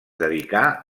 dedicà